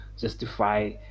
justify